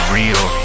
real